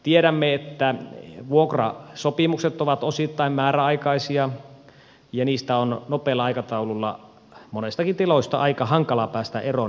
tiedämme että vuokrasopimukset ovat osittain määräaikaisia ja niistä on nopealla aikataululla monistakin tiloista aika hankala päästä eroon